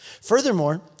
Furthermore